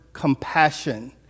compassion